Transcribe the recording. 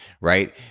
right